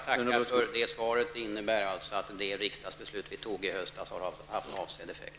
Herr talman! Jag tackar för det svaret. Det innebär alltså att det riksdagsbeslut som vi fattade i höstas har haft avsedd effekt.